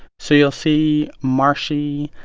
so you'll see marshy,